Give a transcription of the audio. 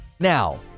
Now